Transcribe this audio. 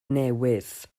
newydd